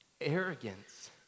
arrogance